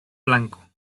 blanco